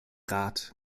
rat